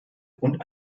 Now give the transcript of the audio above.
und